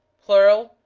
plural.